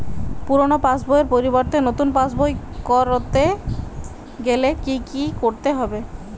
পুরানো পাশবইয়ের পরিবর্তে নতুন পাশবই ক রতে গেলে কি কি করতে হবে?